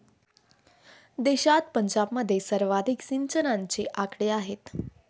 देशात पंजाबमध्ये सर्वाधिक सिंचनाचे आकडे आहेत